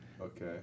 okay